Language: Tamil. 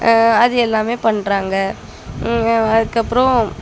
அது எல்லாமே பண்ணுறாங்க அதுக்கு அப்புறோம்